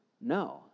No